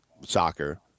soccer